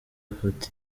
afata